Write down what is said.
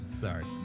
Sorry